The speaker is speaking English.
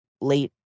late